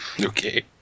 Okay